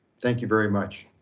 thank you very much